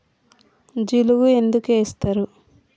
జిలుగు ఎందుకు ఏస్తరు?